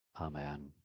Amen